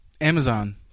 Amazon